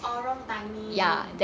orh wrong timing